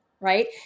Right